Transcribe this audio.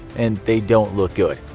and they don't look good.